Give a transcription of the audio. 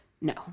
no